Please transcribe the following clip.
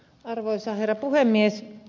arvoisa herra puhemies